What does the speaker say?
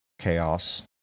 chaos